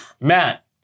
Matt